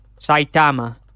Saitama